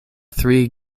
three